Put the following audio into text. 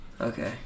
Okay